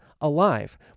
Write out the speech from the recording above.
alive